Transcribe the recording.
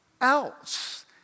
else